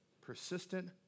persistent